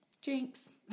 Jinx